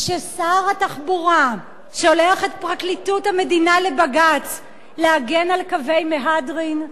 כששר התחבורה שולח את פרקליטות המדינה לבג"ץ להגן על קווי מהדרין,